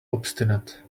obstinate